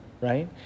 right